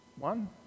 One